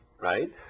right